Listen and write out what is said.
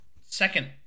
second